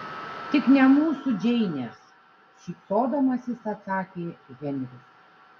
tik ne mūsų džeinės šypsodamasis atsakė henris